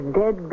dead